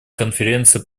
конференции